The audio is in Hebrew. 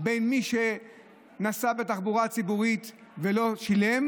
בין מי שנסע בתחבורה הציבורית ולא שילם